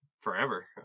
forever